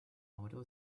auto